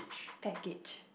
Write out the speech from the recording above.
package